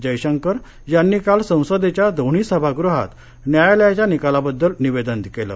जयशंकर यांनी काल संसदेच्या दोन्ही सभागृहात न्यायालयाच्या निकालाबद्दल निवेदन केलं